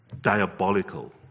diabolical